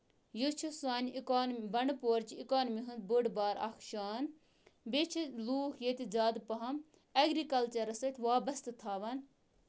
یہِ چھُ سانہِ اِکونم بَنڈپورچہِ اِکونمی ہٕنز بٔڑ بار اکھ شان بیٚیہِ چھِ لوٗکھ ییٚتہِ زیادٕ پَہم اٮ۪گرکَلچَرَس سۭتۍ وابَستہٕ تھاوان